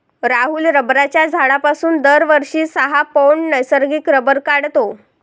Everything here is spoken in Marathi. राहुल रबराच्या झाडापासून दरवर्षी सहा पौंड नैसर्गिक रबर काढतो